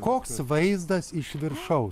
koks vaizdas iš viršaus